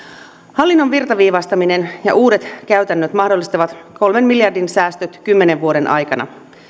hallinnon virtaviivaistaminen ja uudet käytännöt mahdollistavat kolmen miljardin säästöt kymmenen vuoden aikana